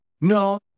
No